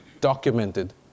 documented